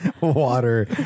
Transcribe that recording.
water